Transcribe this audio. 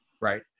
right